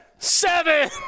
Seven